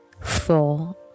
four